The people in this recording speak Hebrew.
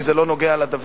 כי זה לא נוגע לדבר.